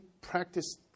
practice